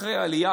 אחרי העלייה,